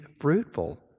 fruitful